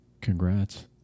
Congrats